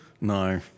no